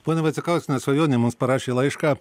ponia vaicekauskiene svajonė mums parašė laišką